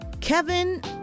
Kevin